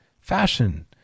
fashion